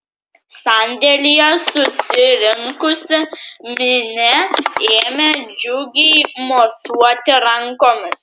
sandėlyje susirinkusi minia ėmė džiugiai mosuoti rankomis